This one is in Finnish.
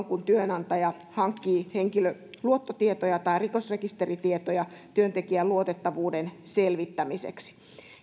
kun työnantaja hankkii henkilön luottotietoja tai rikosrekisteritietoja työntekijän luotettavuuden selvittämiseksi